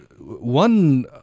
One